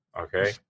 okay